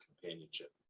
companionship